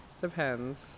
Depends